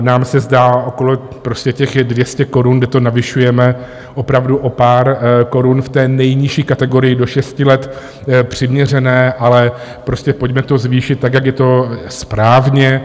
Nám se zdá okolo prostě těch 200 korun, kde to navyšujeme opravdu o pár korun v nejnižší kategorii do šesti let, přiměřené, ale prostě pojďme to zvýšit, tak jak je to správně.